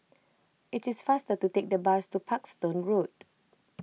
it is faster to take the bus to Parkstone Road